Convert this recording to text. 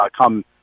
come